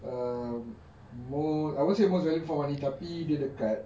um mo~ I won't say most value for money tapi dekat